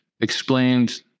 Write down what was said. explained